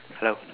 hello